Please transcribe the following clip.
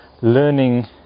learning